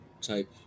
type